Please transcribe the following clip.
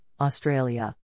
Australia